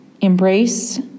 embrace